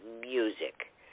music